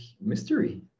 mystery